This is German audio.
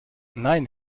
nein